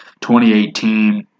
2018